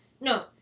no